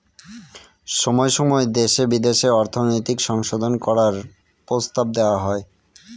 সময় সময় দেশে বিদেশে অর্থনৈতিক সংশোধন করার প্রস্তাব দেওয়া হয়